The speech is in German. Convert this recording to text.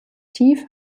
tief